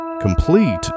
complete